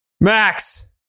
Max